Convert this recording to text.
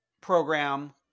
program